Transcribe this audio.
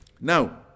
Now